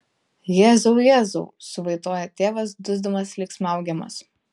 jėzau jėzau suvaitoja tėvas dusdamas lyg smaugiamas